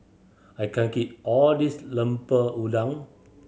I can't all of this Lemper Udang